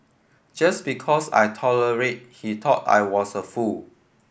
just because I tolerated he thought I was a fool